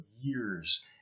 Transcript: years